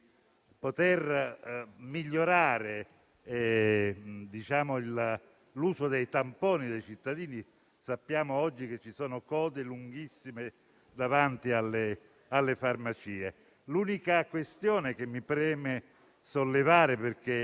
poter migliorare l'uso dei tamponi da parte dei cittadini. Sappiamo che ci sono code lunghissime davanti alle farmacie. L'unica questione che mi preme sollevare, perché